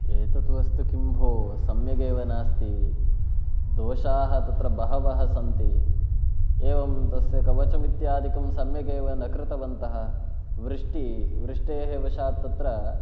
एतत् वस्तु किं भोः सम्यगेव नास्ति दोषाः तत्र बहवः सन्ति एवं तस्य कवचमित्यादिकं सम्यगेव न कृतवन्तः वृष्टिः वृष्टेः वशात् तत्र